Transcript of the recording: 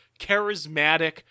charismatic